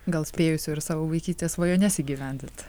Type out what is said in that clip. gal spėjusiu ir savo vaikystės svajones įgyvendint